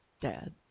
Dad